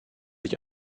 ich